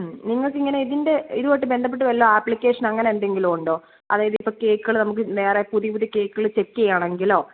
നിങ്ങൾക്ക് ഇങ്ങനെ ഇതിൻ്റെ ഇതുവായിട്ട് ബന്ധപ്പെട്ട് വല്ല ആപ്ലിക്കേഷൻ അങ്ങനെ എന്തെങ്കിലും ഉണ്ടോ അതായത് ഇപ്പം കേക്കുകൾ നമുക്ക് വേറെ പുതിയ പുതിയ കേക്കുകൾ ചെക്ക് ചെയ്യണമെങ്കിലോ